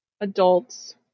adults